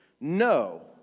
No